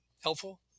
helpful